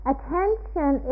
Attention